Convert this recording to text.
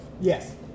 Yes